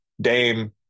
Dame